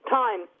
time